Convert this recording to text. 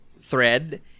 thread